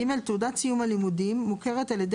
(ג) תעודת סיום הלימודים מוכרת על ידי